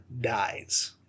dies